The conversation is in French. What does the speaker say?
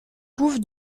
couve